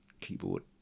keyboard